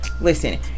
Listen